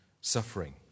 suffering